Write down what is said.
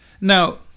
Now